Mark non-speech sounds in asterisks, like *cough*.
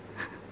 *laughs*